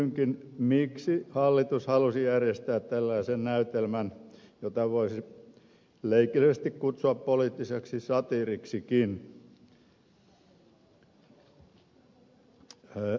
kysynkin miksi hallitus halusi järjestää tällaisen näytelmän jota voisi leikillisesti kutsua poliittiseksi satiiriksikin